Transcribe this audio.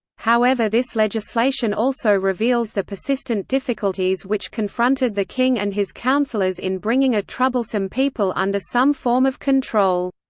however this legislation also reveals the persistent difficulties which confronted the king and his councillors in bringing a troublesome people under some form of control.